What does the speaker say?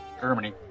Germany